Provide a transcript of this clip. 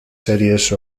series